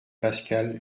pascal